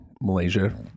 Malaysia